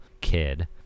kid